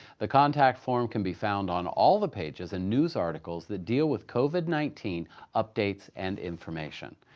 the contact form can be found on all the pages and news articles that deal with covid nineteen updates and information.